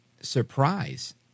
surprise